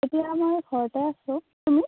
এতিয়া মই ঘৰতে আছোঁ তুমি